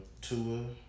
Tua